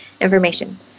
information